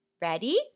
Ready